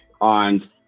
on